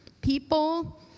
People